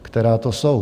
Která to jsou?